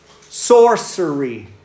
Sorcery